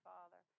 Father